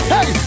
Hey